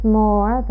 more